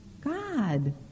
God